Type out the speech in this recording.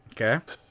Okay